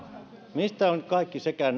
mistä on kaikki sekä